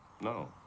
No